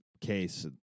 case